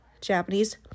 Japanese